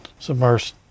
submersed